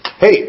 Hey